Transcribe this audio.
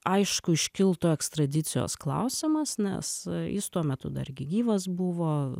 aišku iškiltų ekstradicijos klausimas nes jis tuo metu dar gi gyvas buvo